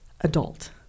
adult